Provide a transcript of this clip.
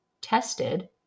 tested